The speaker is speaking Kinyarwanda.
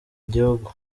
igihugu